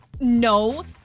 No